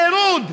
פירוד,